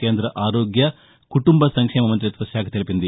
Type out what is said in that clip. కేంద్ర ఆరోగ్య కుటుంబ సంక్షేమ మంతిత్వ శాఖ తెలిపింది